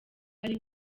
ari